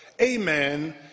amen